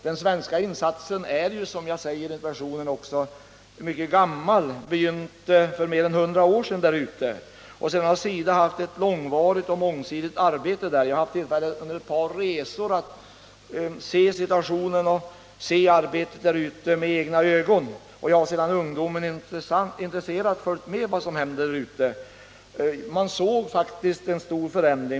De svenska insatserna där ute är, som jag också säger i interpellationen, mycket gamla. De begynte för mer än hundra år sedan. Sedan har SIDA haft ett långvarigt och mångsidigt arbete där. Jag har haft tillfälle att under ett par resor se situationen och arbetet i Etiopien med egna ögon, och jag har sedan ungdomen intresserat följt med vad som hänt där ute. Man har faktiskt kunnat iaktta en stor förändring.